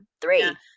three